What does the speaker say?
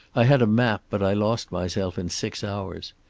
i had a map, but i lost myself in six hours.